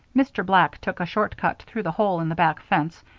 mr. black took a short cut through the hole in the back fence,